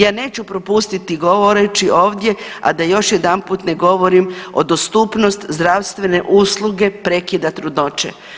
Ja neću propustiti govoreći ovdje, a da još jedanput ne govorim o dostupnosti zdravstvene usluge prekida trudnoće.